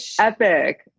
epic